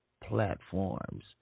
platforms